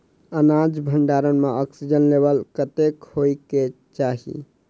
अनाज भण्डारण म ऑक्सीजन लेवल कतेक होइ कऽ चाहि?